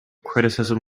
criticism